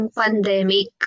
pandemic